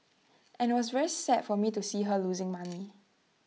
and IT was very sad for me to see her losing money